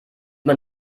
man